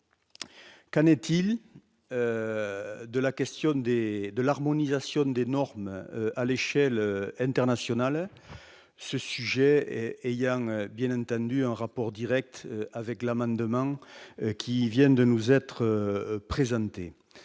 Kahn est-il de la question des de l'harmonisation des normes à l'échelle R national à ce sujet et il y a bien entendu un rapport Direct avec l'amendement qui viennent de nous être présentées